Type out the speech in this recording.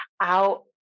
out